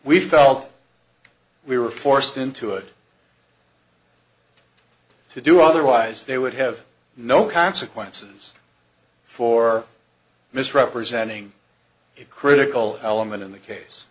we felt we were forced into it to do otherwise they would have no consequences for misrepresenting it critical element in the case